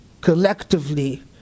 collectively